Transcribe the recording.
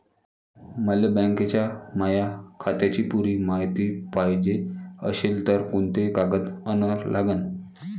मले बँकेच्या माया खात्याची पुरी मायती पायजे अशील तर कुंते कागद अन लागन?